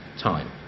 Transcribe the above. time